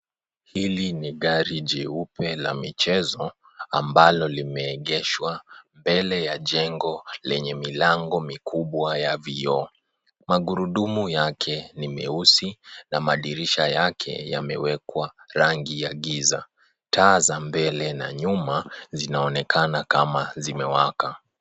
Hili ni gari jeupe la michezo, ambalo limeegeshwa mbele ya jengo lenye milango mikubwa ya vioo. Magurudumu yake ni meusi, na madirisha yake yamewekwa rangi ya giza. Taa za mbele na nyuma, zinaonekana kama zimewaka.